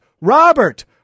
Robert